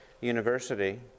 university